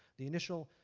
the initial